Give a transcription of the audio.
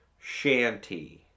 Shanty